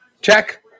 Check